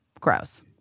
gross